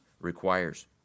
requires